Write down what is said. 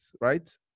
right